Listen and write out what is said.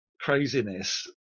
craziness